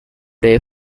day